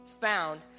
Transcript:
found